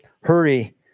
hurry